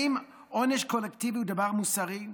האם עונש קולקטיבי הוא דבר מוסרי?